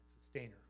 sustainer